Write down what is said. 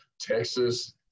Texas